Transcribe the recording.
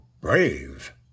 brave